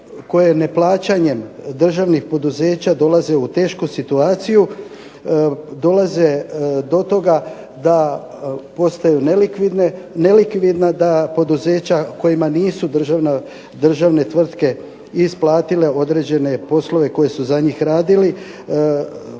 koje neplaćanjem državnih poduzeća dolaze u tešku situaciju dolaze do toga da postaju nelikvidna, da poduzeća kojima nisu državne tvrtke isplatile određene poslove koje su za njih radili